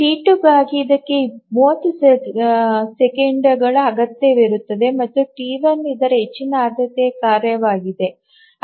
T two ಗಾಗಿ ಇದಕ್ಕೆ 30 millisecond ಅಗತ್ಯವಿರುತ್ತದೆ ಮತ್ತು ಟಿ1 ಇದು ಹೆಚ್ಚಿನ ಆದ್ಯತೆಯ ಕಾರ್ಯವಾಗಿದೆ